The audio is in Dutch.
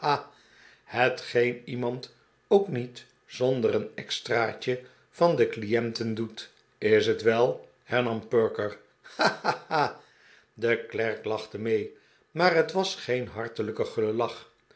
ha hetgeen iemand ook niet zonder een extra'tje van de clienten doet is het wel hernam perker ha ha ha de klerk lachte meej maar het was geen hartelijke